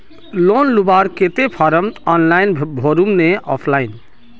Loan लुबार केते form online भरुम ने ऑफलाइन?